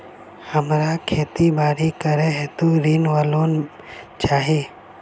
हमरा खेती बाड़ी करै हेतु ऋण वा लोन चाहि?